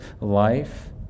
life